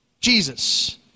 Jesus